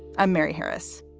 i'm mary harris.